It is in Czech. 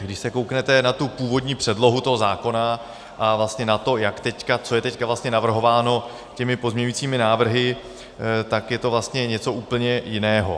Když se kouknete na původní předlohu toho zákona a na to, co je teď vlastně navrhováno těmi pozměňujícími návrhy, tak je to vlastně něco úplně jiného.